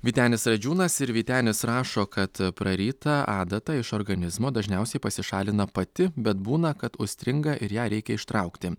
vytenis radžiūnas ir vytenis rašo kad praryta adata iš organizmo dažniausiai pasišalina pati bet būna kad užstringa ir ją reikia ištraukti